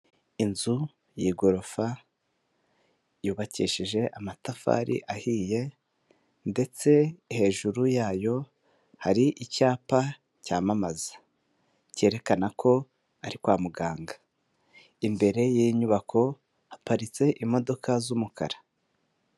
Inzu y'igorofa yubakishije amatafari ahiye ndetse hejuru yayo hari icyapa cyamamaza, cyerekana ko ari kwa muganga. Imbere y'inyubako haparitse imodoka z'umukara.